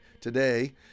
today